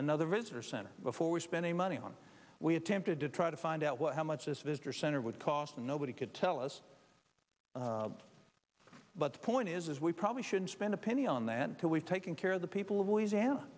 another visitor center before we spend any money on we attempted to try to find out what how much this visitor center would cost and nobody could tell us but the point is we probably shouldn't spend a penny on that until we've taken care of the people of louisiana